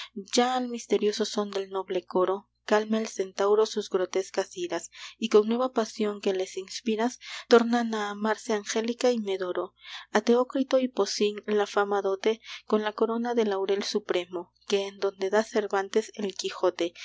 ya al misterioso son del noble coro calma el centauro sus grotescas iras y con nueva pasión que les inspiras tornan a amarse angélica y medoro a teócrito y possin la fama dote con la corona de laurel supremo que en donde da cervantes el quijote